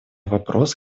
вопрос